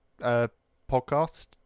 podcast